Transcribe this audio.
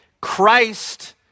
Christ